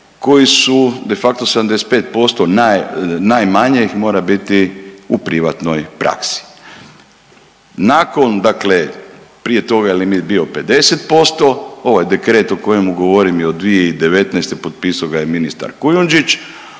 koji su de facto 75% naj, najmanje ih mora biti u privatnoj praksi. Nakon dakle, prije toga je limit bio 50%, ovo je dekret o kojemu govorim je od 2019., potpisao ga je ministar Kujundžić,